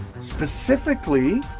Specifically